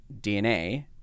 DNA